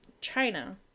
china